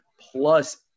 plus